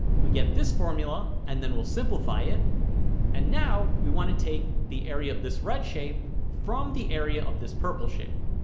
we get this formula and then we'll simplify it and and now we want to take the area of this red shape from the area of this purple shape